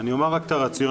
אני אומר רק את הרציונל.